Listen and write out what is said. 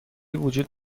وجود